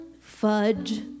fudge